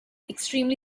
extremely